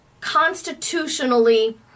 constitutionally